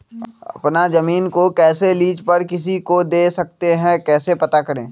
अपना जमीन को कैसे लीज पर किसी को दे सकते है कैसे पता करें?